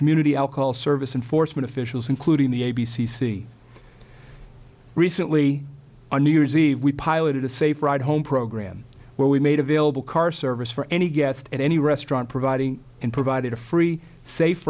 community alcohol service and foresman officials including the a b c c recently on new year's eve we piloted a safe ride home program where we made available car service for any guest at any restaurant providing and provided a free safe